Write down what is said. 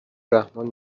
رحمان